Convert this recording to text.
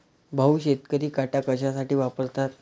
भाऊ, शेतकरी काटा कशासाठी वापरतात?